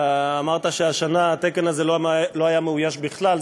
אמרת שהשנה התקן הזה לא היה מאויש בכלל.